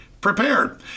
prepared